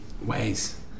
ways